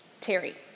Terry